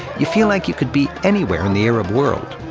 you feel like you could be anywhere in the arab world.